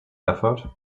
effort